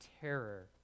terror